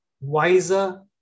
wiser